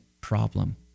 problem